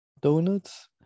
donuts